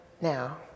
now